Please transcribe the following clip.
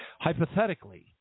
hypothetically